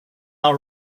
all